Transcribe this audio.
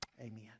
Amen